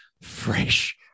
fresh